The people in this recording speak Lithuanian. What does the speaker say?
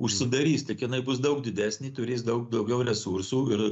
užsidarys tik jinai bus daug didesnė turės daug daugiau resursų ir